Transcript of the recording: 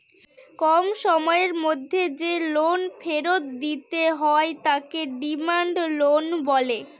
কম সময়ের মধ্যে যে লোন ফেরত দিতে হয় তাকে ডিমান্ড লোন বলে